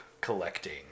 collecting